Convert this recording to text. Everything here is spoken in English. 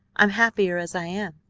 i'm happier as i am.